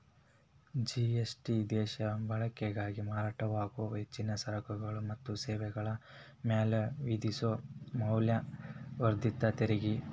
GST ದೇಶೇಯ ಬಳಕೆಗಾಗಿ ಮಾರಾಟವಾಗೊ ಹೆಚ್ಚಿನ ಸರಕುಗಳ ಮತ್ತ ಸೇವೆಗಳ ಮ್ಯಾಲೆ ವಿಧಿಸೊ ಮೌಲ್ಯವರ್ಧಿತ ತೆರಿಗಿ